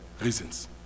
reasons